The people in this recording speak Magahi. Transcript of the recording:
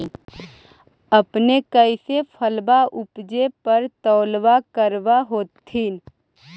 अपने कैसे फसलबा उपजे पर तौलबा करबा होत्थिन?